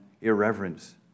irreverence